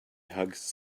hugs